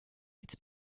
its